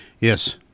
yes